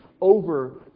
over